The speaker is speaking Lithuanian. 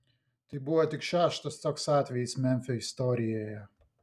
tai buvo tik šeštas toks atvejis memfio istorijoje